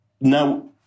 Now